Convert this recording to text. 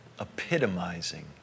epitomizing